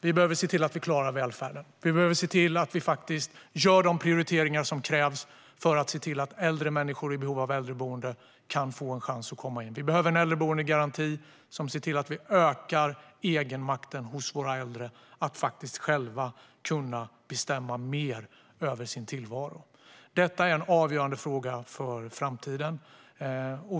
Vi behöver se till att vi klarar välfärden och att vi gör de prioriteringar som krävs för att se till att äldre människor i behov av äldreboende kan få en chans att komma in. Vi behöver äldreboendegaranti som ser till att vi ökar egenmakten hos våra äldre att själva kunna bestämma mer över sin tillvaro. Detta är en avgörande fråga för framtiden.